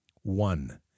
One